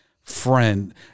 friend